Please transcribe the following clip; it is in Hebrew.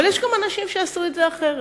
אבל יש גם אנשים שעשו את זה אחרת.